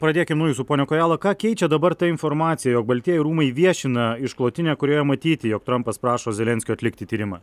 pradėkim nuo jūsų pone kojala ką keičia dabar ta informacija jog baltieji rūmai viešina išklotinę kurioje matyti jog trampas prašo zelenskio atlikti tyrimą